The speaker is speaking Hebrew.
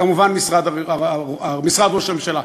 כמובן, משרד ראש הממשלה.